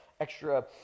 extra